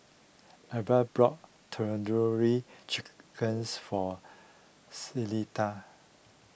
Abbie brought Tandoori Chickens for Celesta